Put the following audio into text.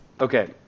Okay